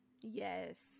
Yes